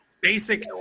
basic